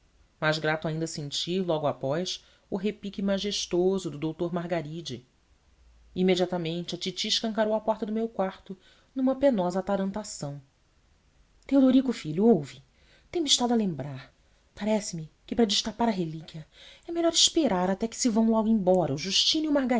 mais grato ainda sentir logo após o repique majestoso do doutor margaride imediatamente a titi escancarou a porta do meu quarto numa penosa atarantação teodorico filho ouve tem-me estado a lembrar parece-me que para destapar a relíquia é melhor esperar até que se vão logo embora o justino